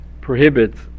prohibits